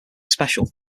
special